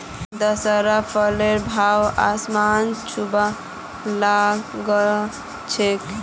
दशहरात फलेर भाव आसमान छूबा ला ग छेक